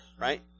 Right